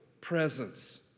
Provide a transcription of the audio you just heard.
presence